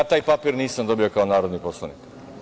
Ja taj papir nisam dobio kao narodni poslanik.